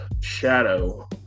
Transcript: shadow